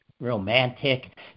romantic